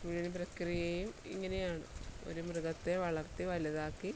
മുഴുവൻ പ്രക്രിയയും ഇങ്ങനെയാണ് ഒരു മൃഗത്തെ വളർത്തി വലുതാക്കി